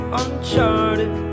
uncharted